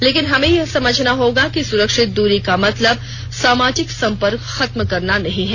लेकिन हमें यह समझना होगा कि सुरक्षित दूरी का मतलब सामाजिक संपर्क खत्म करना नहीं है